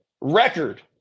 record